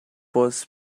east